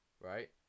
Right